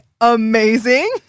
amazing